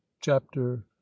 chapter